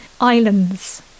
islands